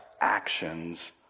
actions